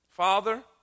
Father